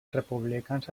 republicans